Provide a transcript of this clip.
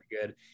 good